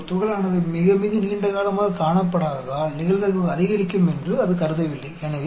तो यह विचार नहीं करता है क्योंकि इसने एक कण को बहुत लंबे समय तक नहीं देखा है जिससे प्रोबेबिलिटी बढ़ जाएगी